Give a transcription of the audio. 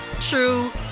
true